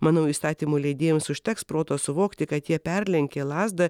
manau įstatymų leidėjams užteks proto suvokti kad jie perlenkė lazdą